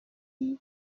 and